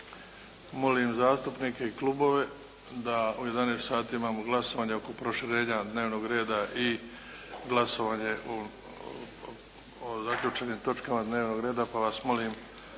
molim zastupnike i klubove da u 11,00 sati imamo glasovanje oko proširenja dnevnog reda i glasovanje o zaključenim točkama dnevnog reda, pa vas molim.